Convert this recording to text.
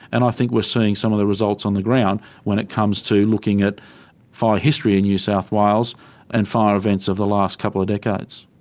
and i think we're seeing some of the results on the ground when it comes to looking at fire history in new south wales and fire events of the last couple of decades.